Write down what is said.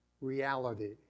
reality